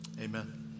amen